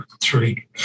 three